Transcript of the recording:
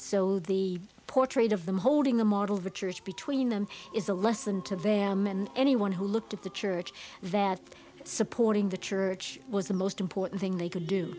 so the portrayed of them holding the model richard between them is a lesson to them and anyone who looked at the church that supporting the church was the most important thing they could do